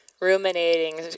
ruminating